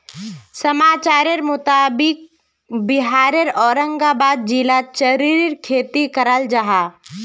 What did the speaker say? समाचारेर मुताबिक़ बिहारेर औरंगाबाद जिलात चेर्रीर खेती कराल जाहा